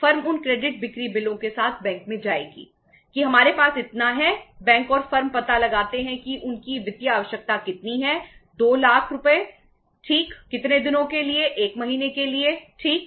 firm उन credit बिक्री बिलों के साथ बैंक में जाएगी कि हमारे पास इतना है बैंक और फर्म पता लगाते हैं कि उनकी वित्तीय आवश्यकता कितनी है 2 लाख रुपए ठीक कितने दिनों के लिए 1 महीने के लिए ठीक